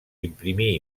imprimir